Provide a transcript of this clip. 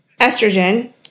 estrogen